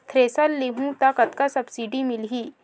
Thresher लेहूं त कतका सब्सिडी मिलही?